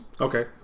Okay